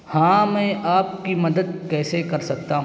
ہاں میں آپ کی مدد کیسے کر سکتا ہوں